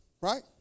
right